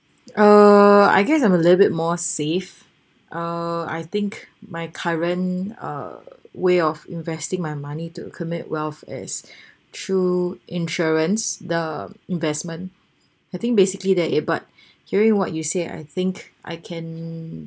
uh I guess I'm a little bit more safe uh I think my current uh way of investing my money to commit wealth is through insurance the investment I think basically the abbot hearing what you said I think I can